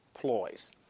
ploys